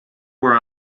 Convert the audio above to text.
were